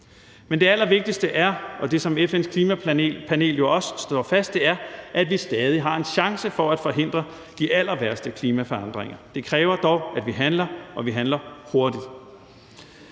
Men det allervigtigste er i, og det, som FN's klimapanel egentlig også slår fast, er, at vi stadig har en chance for at forhindre de allerværste klimaforandringer. Det kræver dog, at vi handler, og at vi handler hurtigt.